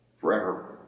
forever